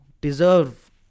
deserve